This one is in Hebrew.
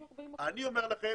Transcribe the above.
אני אומר לכם